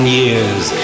years